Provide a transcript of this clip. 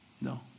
No